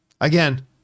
again